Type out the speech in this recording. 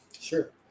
Sure